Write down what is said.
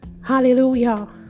Hallelujah